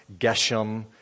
Geshem